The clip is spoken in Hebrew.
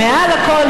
מעל לכול,